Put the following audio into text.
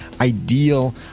ideal